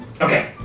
Okay